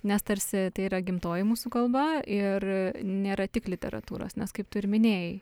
nes tarsi tai yra gimtoji mūsų kalba ir nėra tik literatūros nes kaip tu ir minėjai